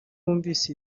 wumvise